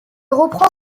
reprend